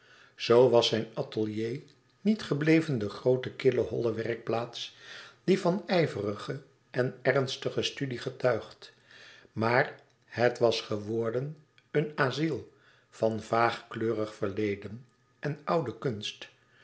zoo was zijn atelier niet gebleven de groote kille holle werkplaats die van ijverige en ernstige studie getuigt maar het was geworden een asyl van vaagkleurig verleden en oude kunst